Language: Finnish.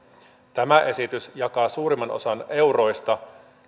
tämä esitys jakaa suurimman osan euroista